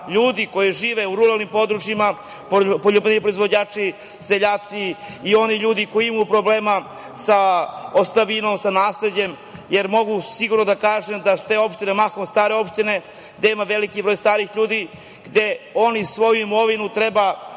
ljudi koji žive u ruralnim područjima, poljoprivredni proizvođači, seljaci i oni ljudi koji imaju problema sa ostavinom, sa nasleđem, mogu da kažem da su te opštine mahom stare opštine. gde ima veliki broj starih ljudi, gde oni svoju imovinu treba